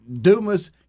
Dumas